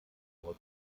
frau